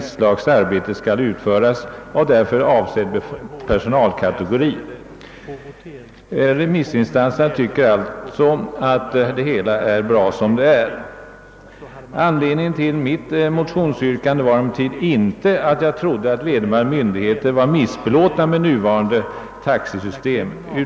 Man söker såvitt möjligt undvika avvikelser från denna regel.» Remissinstanserna tycker vidare allting är bra som det är. Anledningen till mitt motionsyrkande var emellertid inte att jag trodde att vederbörande myndigheter var missbelåtna med nuvarande taxesystem.